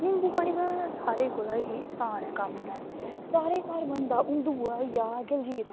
निम्बू बनाने दा सारें कोला दा आसान ऐ कम्म सारें घरसबनदा हून दुआ होईया जलजीरा